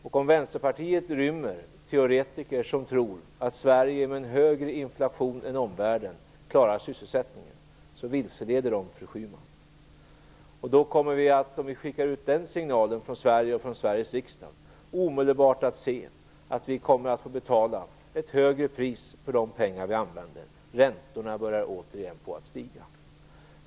Om Vänsterpartiet rymmer teoretiker som tror att Sverige klarar sysselsättningen med en högre inflation än omvärlden, så vilseleder de, fru Schyman. Skickar vi ut den signalen från Sverige och från Sveriges riksdag, kommer vi omedelbart att få betala ett högre pris för de pengar vi använder. Då kommer räntorna återigen att börja stiga.